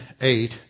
eight